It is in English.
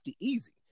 easy